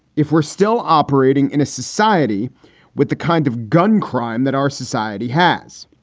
if we're still operating in a society with the kind of gun crime that our society has.